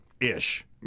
Ish